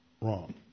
wrong